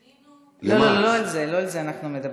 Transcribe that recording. לא, לא על זה אנחנו מדברים.